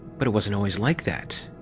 but it wasn't always like that.